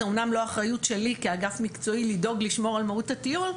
זה אמנם לא אחריות שלי כאגף מקצועי לדאוג לשמור על מהות הטיול,